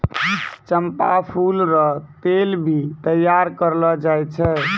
चंपा फूल रो तेल भी तैयार करलो जाय छै